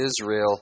Israel